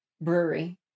brewery